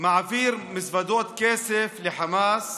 מעביר מזוודות כסף לחמאס